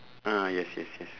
ah yes yes yes